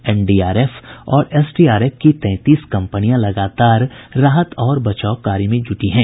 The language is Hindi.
एनडीआरएफ और एसडीआरएफ की तैंतीस कंपनियां लगातार राहत और बचाव कार्य में जुटी हुई हैं